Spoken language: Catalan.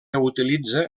utilitza